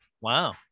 wow